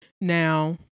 Now